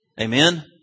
Amen